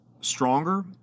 stronger